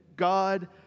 God